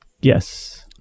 Yes